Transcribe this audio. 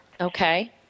Okay